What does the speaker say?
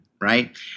right